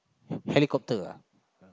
helicopter ah